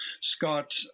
Scott